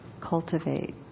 cultivate